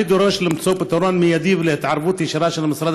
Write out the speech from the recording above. אני דורש למצוא פתרון מיידי והתערבות ישירה של משרד